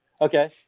Okay